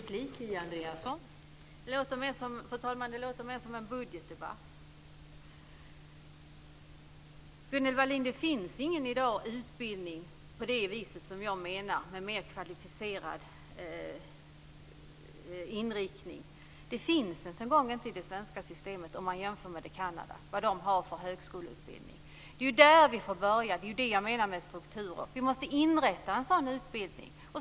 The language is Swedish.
Fru talman! Det här låter mer som en budgetdebatt. Gunnel Wallin! Det finns ingen utbildning i dag på det sätt som jag menar, med en mer kvalificerad inriktning. Det finns inte i det svenska systemet om man jämför med den högskoleutbildning som man har i Kanada. Det är där vi får börja. Det är de strukturerna jag menar. Vi måste inrätta en sådan utbildning.